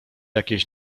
jakieś